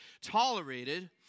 tolerated